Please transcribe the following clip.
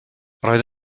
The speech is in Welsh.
roedd